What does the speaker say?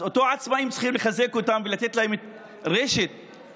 אז את אותם עצמאים צריך לחזק ולתת להם את רשת הביטחון,